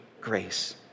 grace